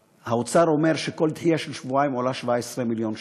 האוצר אומר שכל דחייה של שבועיים עולה 17 מיליון שקל.